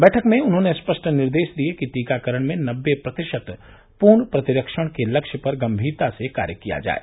बैठक में उन्होंने स्पष्ट निर्देश दिये कि टीकाकरण में नब्बे प्रतिशत पूर्ण प्रतिरक्षण के लक्ष्य पर गम्मीरता से कार्य किया जाये